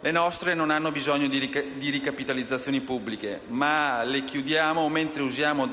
Le nostre non hanno bisogno di ricapitalizzazioni pubbliche, ma le chiudiamo, mentre usiamo